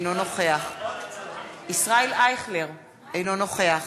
אינו נוכח ישראל אייכלר, אינו נוכח